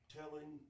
telling